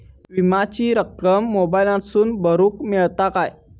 विमाची रक्कम मोबाईलातसून भरुक मेळता काय?